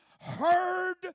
Heard